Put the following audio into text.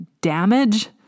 Damage